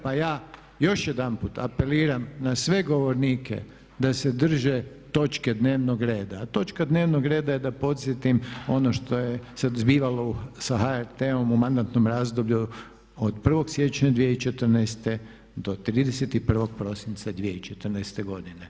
Pa ja još jedanput apeliram na sve govornike da se drže točke dnevnog reda a točka dnevnog reda je da podsjetim ono što se zbivalo sa HRT-om u mandatnom razdoblju od 1. siječnja 2014. do 31. prosinca 2014. godine.